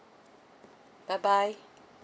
bye bye